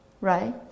right